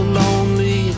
lonely